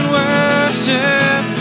worship